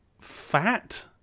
fat